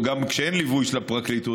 גם כשאין ליווי של הפרקליטות,